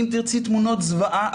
אם תרצי תמונות זוועה,